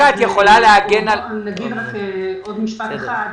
על כל הנגזרות של הדברים האלה.